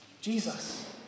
Jesus